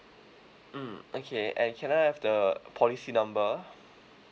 mm okay and can I have the policy number